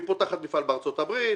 והיא פותחת מפעל בארצות הברית,